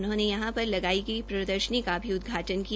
उन्होंने यहां पर लगाई गई प्रदर्शनी का भी उदघाटन किया